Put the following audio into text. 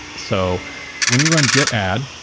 so when you run git add,